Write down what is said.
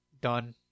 done